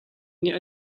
nih